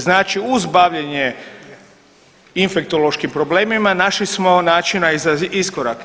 Znači uz bavljenje infektološkim problemima našli smo načina i za iskorak.